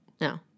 No